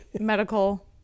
medical